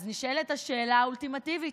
אז נשאלת השאלה האולטימטיבית: